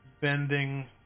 bending